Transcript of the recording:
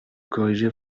corriger